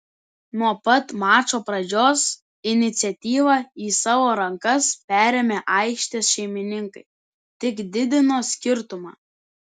nuo pat mačo pradžios iniciatyvą į savo rankas perėmę aikštės šeimininkai tik didino skirtumą